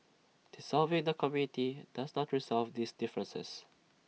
dissolving the committee does not resolve these differences